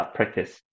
Practice